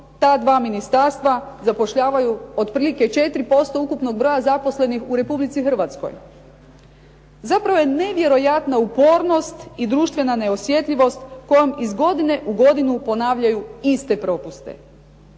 ta dva ministarstva zapošljavaju otprilike 4% ukupnog broja zaposlenih u Republici Hrvatskoj. Zapravo je nevjerojatna upornost i društvena neosjetljivost kojom iz godine u godinu ponavljaju iste propuste.